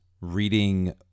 reading